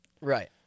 Right